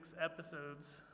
episodes